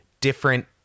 different